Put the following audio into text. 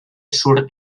surt